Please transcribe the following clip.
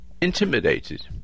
intimidated